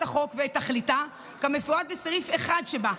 החוק ואת תכליתה כמפורט בסעיף 1 שבה,